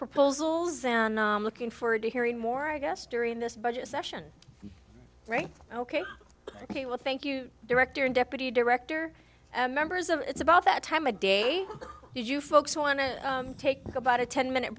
proposals and looking forward to hearing more i guess during this budget session right ok ok well thank you director and deputy director members of it's about that time of day you folks want to take about a ten minute